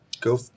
go